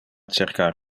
cercar